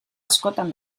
askotan